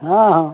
हँ हँ